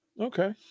Okay